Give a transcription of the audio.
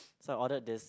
so I ordered this